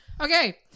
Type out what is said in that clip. Okay